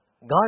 God